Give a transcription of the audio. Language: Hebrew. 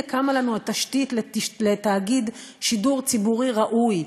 קמה לנו התשתית לתאגיד שידור ציבורי ראוי,